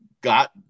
got